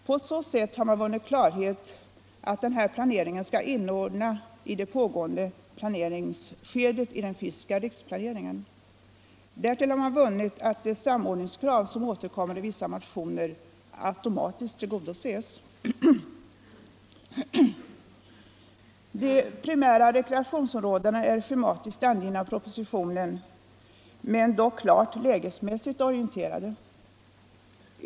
På så sätt har man vunnit klarhet om att den här planeringen skall inordnas i det pågående planeringsskedet i den fysiska riksplaneringen. Därtill har man vunnit att de samordningskrav som återkommer i vissa motioner automatiskt tillgodoses. De primära rekreationsområdena är schematiskt angivna i propositionen men dock klart lägemässigt orienterade.